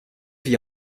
vit